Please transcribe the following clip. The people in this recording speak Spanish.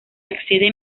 accede